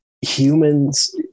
humans